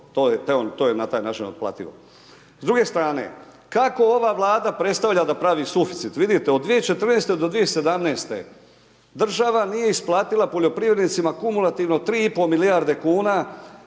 to je na taj način otplativo. S druge strane kako ova Vlada predstavlja da pravi suficit, vidite od 2014. do 2017., država nije isplatila poljoprivrednicima kumulativno 3,5 milijarde kuna